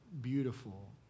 beautiful